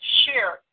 share